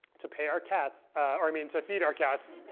to pay our cats or i mean, to feed our cats.